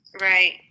right